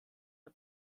der